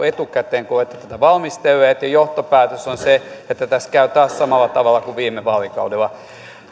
etukäteen kun olette tätä valmistelleet ja johtopäätös on se että tässä käy taas samalla tavalla kuin viime vaalikaudella